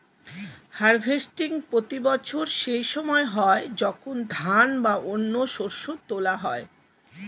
harvesting প্রতি বছর সেই সময় হয় যখন ধান বা অন্য শস্য তোলা হয়